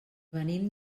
venim